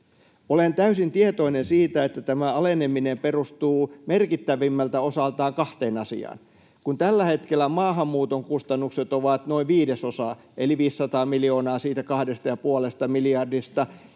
Olen täysin tietoinen siitä, että tämä aleneminen perustuu merkittävimmältä osaltaan kahteen asiaan: Kun tällä hetkellä maahanmuuton kustannukset ovat noin viidesosa eli 500 miljoonaa siitä 2,5 miljardista,